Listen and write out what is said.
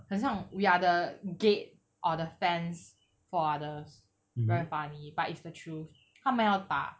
很像 we are the gate or the fence for others very funny but it's the truth 他们要打